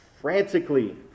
frantically